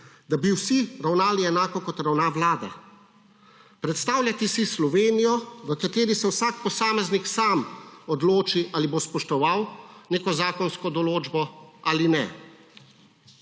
da bi vsi ravnali enako, kot ravna Vlada. Predstavljajte si Slovenijo, v kateri se vsak posameznik sam odloči, ali bo spoštoval neko zakonsko določbo ali ne.